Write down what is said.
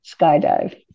skydive